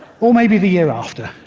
or maybe the year after.